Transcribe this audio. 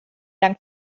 dank